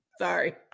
Sorry